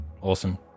awesome